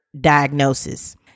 diagnosis